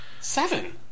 Seven